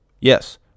Yes